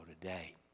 today